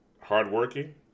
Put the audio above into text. Hardworking